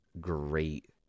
great